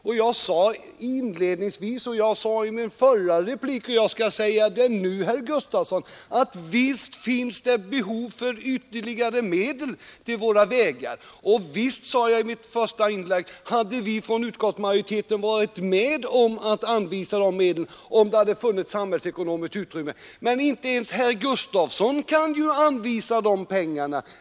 Jag sade det inledningsvis, jag sade det i min förra replik och jag skall säga det nu, herr Gustafson, att visst finns det behov av ytterligare medel till våra vägar. Jag sade också i mitt första inlägg, att visst hade vi från utskottsmajoriteten varit med om att anvisa de medlen, om det funnits samhällsekonomiskt utrymme härför. Men inte ens herr Gustafson kan ju anvisa dessa pengar.